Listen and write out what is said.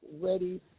ready